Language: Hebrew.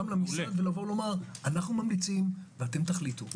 למשרד לומר: אנחנו ממליצים ואת תחליטו.